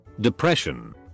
Depression